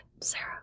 Sarah